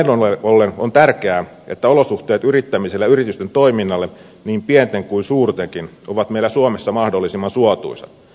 näin ollen on tärkeää että olosuhteet yrittämiselle ja yritysten toiminnalle niin pienten kuin suurtenkin ovat meillä suomessa mahdollisimman suotuisat